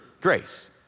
grace